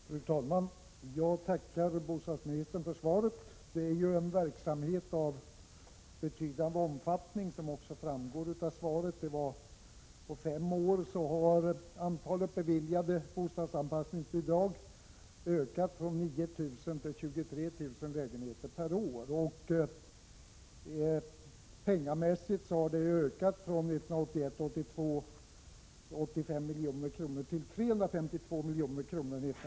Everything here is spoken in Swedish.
Fru talman! Jag tackar bostadsministern för svaret. Det här är ju en verksamhet av betydande omfattning, vilket också framgår av svaret. På fem år har antalet lägenheter för vilka det årligen har beviljats bostadsanpassningsbidrag ökat från 9 000 till 23 000. Mätt i pengar har ökningen varit från 85 milj.kr. 1981 87.